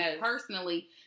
personally